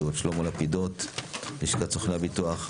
בוועדה הקודמת שאלנו את מר יואב יונש שהסביר לנו למה הרפורמה